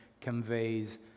conveys